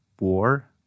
war